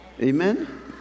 Amen